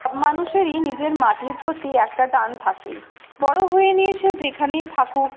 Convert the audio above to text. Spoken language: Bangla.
সব মানুষেরই নিজের মাটির প্রতি একটা টান থাকেই বড়ো হয়ে নিয়ে সে যেখানেই থাকুক